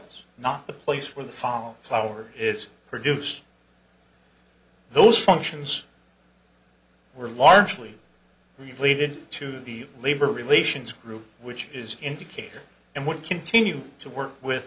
mills not the place where the final flower is produced those functions were largely related to the labor relations group which is indicated and would continue to work with